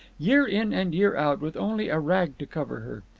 year in and year out, with only a rag to cover her.